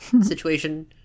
situation